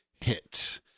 Hit